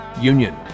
Union